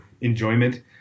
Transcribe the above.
Enjoyment